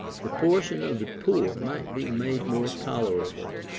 the portion of the poor might be made more tolerable.